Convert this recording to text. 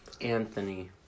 Anthony